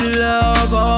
love